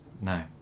no